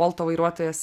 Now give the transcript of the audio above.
bolto vairuotojas